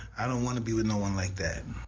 i don't wanna be with no one like that.